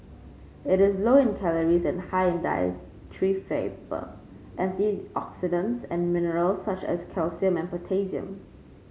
it is low in calories and high in dietary fibre and in antioxidants and minerals such as calcium and potassium